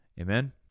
Amen